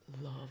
love